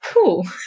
cool